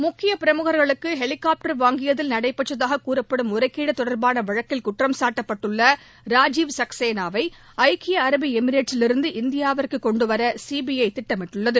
முக்கியப் பிரமுகர்களுக்கு ஹெலிகாப்டர் வாங்கியதில் நடைபெற்றதாக கூறப்படும் முறைகேடு தொடர்பான வழக்கில் குற்றம் சாட்டப்பட்டுள்ள ராஜீவ் சக்சேனாவை ஐக்கிய அரபு எமிரேட்ஸிலிருந்து இந்தியாவுக்கு கொண்டுவர சிபிஐ திட்டமிட்டுள்ளது